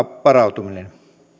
varautuminen